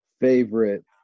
Favorite